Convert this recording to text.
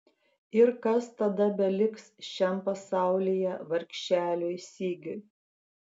ir kas tada beliks šiam pasaulyje vargšeliui sigiui